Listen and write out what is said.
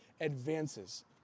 advances